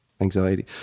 anxiety